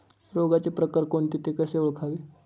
रोगाचे प्रकार कोणते? ते कसे ओळखावे?